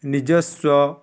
ନିଜସ୍ୱ